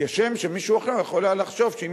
כשם שמישהו אחר יכול היה לחשוב שאם